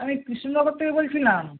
আমি কৃষ্ণনগর থেকে বলছিলাম